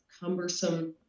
cumbersome